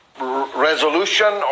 Resolution